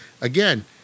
again